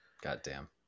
Goddamn